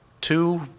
two